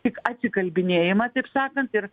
tik atsikalbinėjimą taip sakant ir